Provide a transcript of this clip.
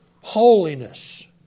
holiness